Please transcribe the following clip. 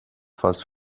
fast